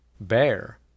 bear